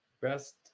Best